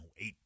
eight